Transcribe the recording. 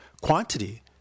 quantity